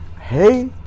Hey